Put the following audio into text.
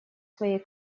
своей